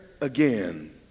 again